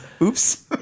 Oops